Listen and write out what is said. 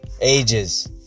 ages